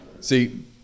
see